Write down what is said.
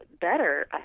better